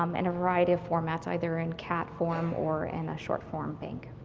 um and a variety of formats, either in cat form or in a short form bank.